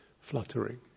fluttering